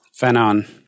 Fanon